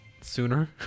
sooner